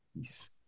peace